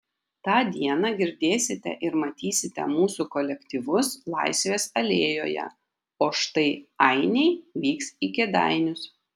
tą dieną girdėsite ir matysite mūsų kolektyvus laisvės alėjoje o štai ainiai vyks į kėdainius